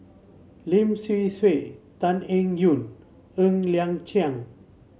Lim Swee Sui Tan Eng Yoon Ng Liang Chiang